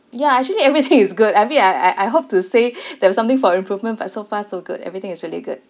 ya actually everything is good I mean I I I hope to say there was something for improvement but so far so good everything is really good